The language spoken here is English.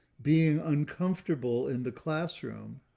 being uncomfortable in the classroom,